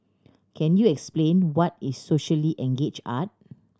can you explain what is socially engage art